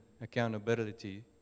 accountability